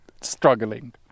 struggling